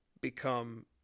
become